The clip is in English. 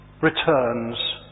returns